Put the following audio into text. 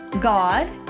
God